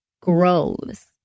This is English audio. grows